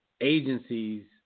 agencies